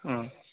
ہاں